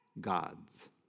gods